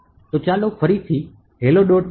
તો ચાલો ફરીથી hello